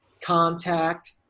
contact